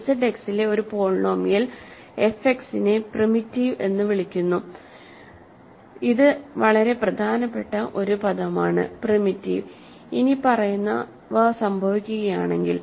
Z എക്സിലെ ഒരു polynomial F എക്സിനെ പ്രിമിറ്റീവ് എന്ന് വിളിക്കുന്നു ഇത് നമുക്ക് വളരെ പ്രധാനപ്പെട്ട ഒരു പദമാണ് പ്രിമിറ്റീവ് ഇനിപ്പറയുന്നവ സംഭവിക്കുകയാണെങ്കിൽ